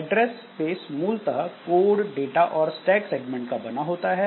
address space मूलतः code data और stack segment का बना होता है